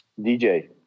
DJ